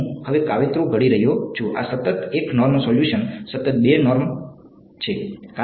હું હવે કાવતરું ઘડી રહ્યો છું આ સતત 1 નોર્મ સોલ્યુશન સતત 1 નોર્મ છે